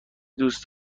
دوست